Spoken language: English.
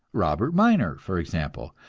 robert minor, for example,